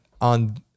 on